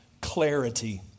Clarity